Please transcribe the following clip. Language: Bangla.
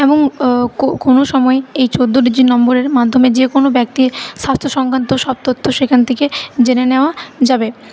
এবং কোনো সময়ে এই চোদ্দো ডিজিট নম্বরের মাধ্যমে যে কোনো ব্যক্তির স্বাস্থ্য সংক্রান্ত সব তথ্য সেখান থেকে জেনে নেওয়া যাবে